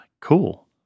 Cool